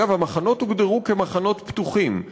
אגב, המחנות הוגדרו כמחנות פתוחים.